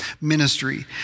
ministry